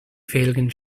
felgen